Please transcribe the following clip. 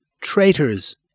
traitors